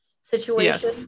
situation